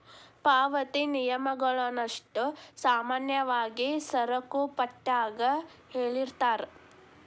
ಪಾವತಿ ನಿಯಮಗಳನ್ನಷ್ಟೋ ಸಾಮಾನ್ಯವಾಗಿ ಸರಕುಪಟ್ಯಾಗ ಹೇಳಿರ್ತಾರ